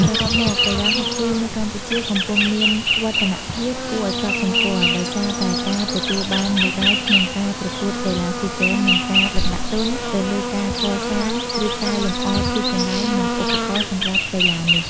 សរុបមក កីឡាហុកគីនៅកម្ពុជាកំពុងមានវឌ្ឍនភាពគួរឱ្យកត់សម្គាល់ ដោយសារតែការទទួលបានមេដាយក្នុងការប្រកួតកីឡាស៊ីហ្គេម និងការបណ្ដាក់ទុនទៅលើការកសាង ឬកែលម្អទីកន្លែង និងឧបករណ៍សម្រាប់កីឡានេះ។